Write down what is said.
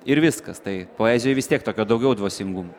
ir viskas tai poezijoj vis tiek tokio daugiau dvasingumo